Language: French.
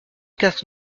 quatre